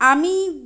আমি